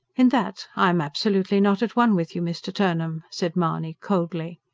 in that i am absolutely not at one with you, mr. turnham, said mahony coldly.